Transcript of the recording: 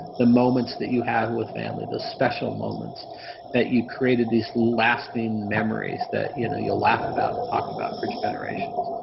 the moments that you have with family, the special moments that you created these lasting memories that you know you'll laugh about, talk about for generations.